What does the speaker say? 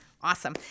Awesome